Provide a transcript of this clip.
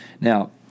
Now